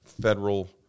federal